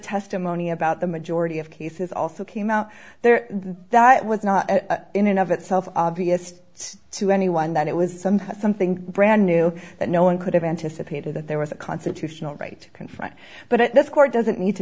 testimony about the majority of cases also came out there that was not in and of itself obvious to anyone that it was some something brand new that no one could have anticipated that there was a constitutional right confront but this court doesn't need to